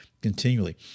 continually